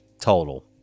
total